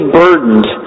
burdened